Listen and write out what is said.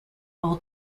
all